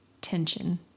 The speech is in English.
tension